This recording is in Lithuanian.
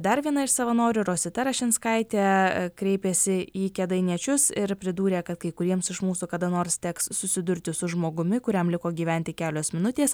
dar viena iš savanorių rosita rašinskaitė kreipėsi į kėdainiečius ir pridūrė kad kai kuriems iš mūsų kada nors teks susidurti su žmogumi kuriam liko gyventi kelios minutės